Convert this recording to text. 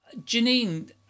Janine